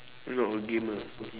not a gamer